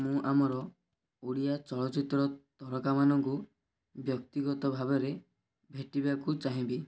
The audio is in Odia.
ମୁଁ ଆମର ଓଡ଼ିଆ ଚଳଚ୍ଚିତ୍ର ତରକା ମାନଙ୍କୁ ବ୍ୟକ୍ତିଗତ ଭାବରେ ଭେଟିବାକୁ ଚାହିଁବି